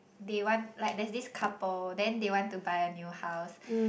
they want like there's this couple then they want to buy a new house